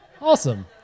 awesome